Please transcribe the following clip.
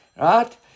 right